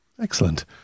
Excellent